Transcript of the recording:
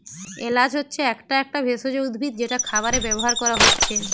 এলাচ হচ্ছে একটা একটা ভেষজ উদ্ভিদ যেটা খাবারে ব্যাভার কোরা হচ্ছে